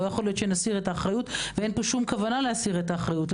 לא יכול להיות שנסיר את האחריות ואין שום כוונה להסיר את האחריות.